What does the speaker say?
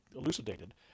elucidated